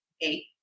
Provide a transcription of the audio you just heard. Eight